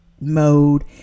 mode